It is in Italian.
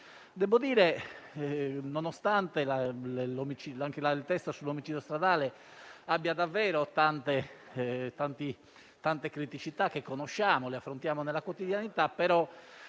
Debbo dire che, nonostante il testo sull'omicidio stradale abbia davvero tante criticità, che conosciamo e che affrontiamo nella quotidianità, è